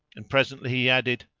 and presently he added,